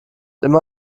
immer